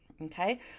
Okay